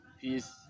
peace